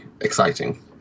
exciting